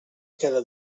cada